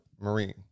Marine